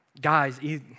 Guys